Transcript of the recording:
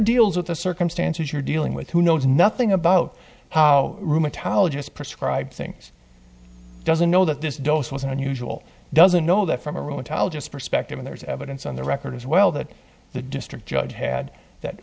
deals with the circumstances you're dealing with who knows nothing about how rheumatologist prescribe things doesn't know that this dose wasn't unusual doesn't know that from a rheumatologist perspective there's evidence on the record as well that the district judge had that